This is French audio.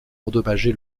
endommagé